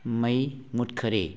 ꯃꯩ ꯃꯨꯠꯈꯔꯦ